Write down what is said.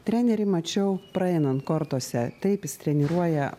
trenerį mačiau praeinant kortuose taip jis treniruoja